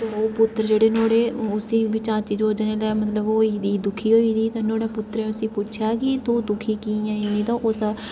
ते ओह् पुत्तर जेह्ड़े नुहाड़े जेह्ड़े उसी चाची जोजां ही मतलब दुखी ओह् होई ऐ दी ही नुहाड़े पुत्तरें उसी पुच्छेआ कि तू दुखी की ऐं